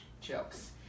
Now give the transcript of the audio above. Jokes